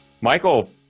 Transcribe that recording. Michael